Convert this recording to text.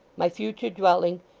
my future dwelling,